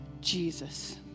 Jesus